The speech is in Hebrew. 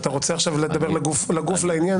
אתה רוצה עכשיו לדבר עכשיו לגוף העניין?